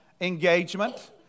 engagement